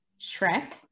Shrek